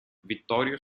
vittorio